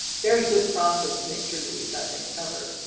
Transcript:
very good process to make sure that we've got things covered.